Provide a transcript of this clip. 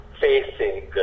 facing